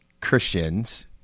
Christians